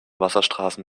wasserstraßen